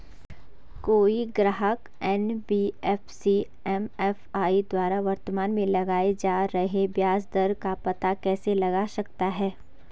कोई ग्राहक NBFC MFI द्वारा वर्तमान में लगाए जा रहे ब्याज दर का पता कैसे लगा सकता है?